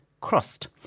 Crust